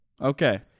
Okay